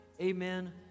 amen